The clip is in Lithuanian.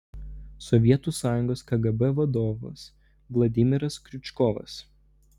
sovietų sąjungos kgb vadovas vladimiras kriučkovas